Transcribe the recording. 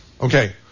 Okay